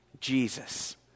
Jesus